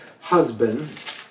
husband